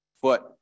foot